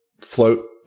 float